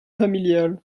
familiale